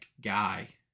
guy